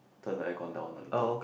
turn the aircon down a little